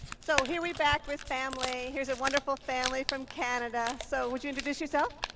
so here, we're back with family. here's a wonderful family from canada. so would you introduce yourself?